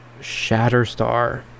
Shatterstar